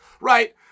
right